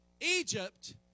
Egypt